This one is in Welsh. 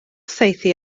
saethu